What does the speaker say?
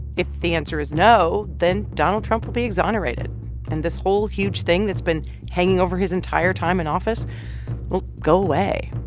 if the answer is no, then donald trump will be exonerated and this whole huge thing that's been hanging over his entire time in office will go away.